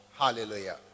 Hallelujah